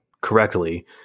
correctly